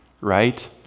right